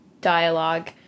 dialogue